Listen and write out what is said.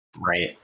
Right